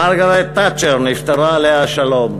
מרגרט תאצ'ר נפטרה, עליה השלום.